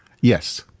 yes